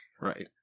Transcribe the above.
right